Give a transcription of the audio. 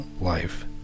life